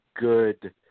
good